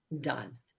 done